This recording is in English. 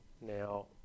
Now